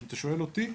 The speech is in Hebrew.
אם אתה שואל אותי,